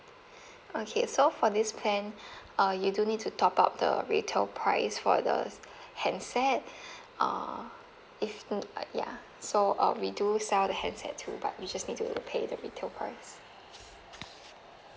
okay so for this plan uh you do need to top up the retail price for the handset uh if mm ya so uh we do sell the handset too but you just need to pay the retail price